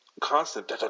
constant